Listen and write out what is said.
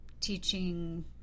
teaching